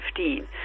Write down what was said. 2015